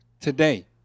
today